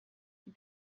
die